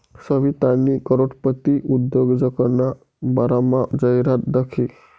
सवितानी करोडपती उद्योजकना बारामा जाहिरात दखी